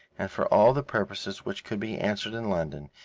and for all the purposes which could be answered in london,